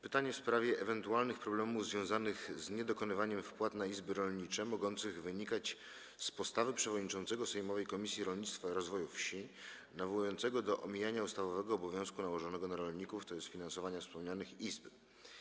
Pytanie jest w sprawie ewentualnych problemów związanych z niedokonywaniem wpłat na izby rolnicze, mogących wynikać z postawy przewodniczącego sejmowej Komisji Rolnictwa i Rozwoju Wsi nawołującego do omijania ustawowego obowiązku nałożonego na rolników, tj. finansowania wspomnianych izb.